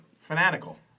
Fanatical